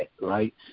right